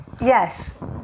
Yes